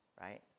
right